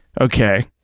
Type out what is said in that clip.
Okay